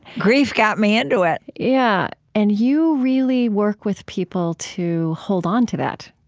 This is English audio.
grief got me into it yeah. and you really work with people to hold on to that,